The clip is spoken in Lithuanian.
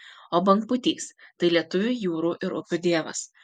o bangpūtys tai lietuvių jūrų ir upių dievas